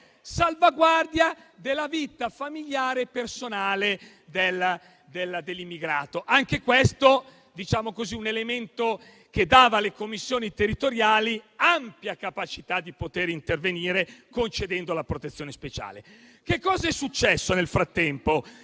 salvaguardia della vita familiare e personale dell'immigrato. Anche questo è un elemento che dava alle commissioni territoriali ampia capacità di poter intervenire, concedendo la protezione speciale. Nel frattempo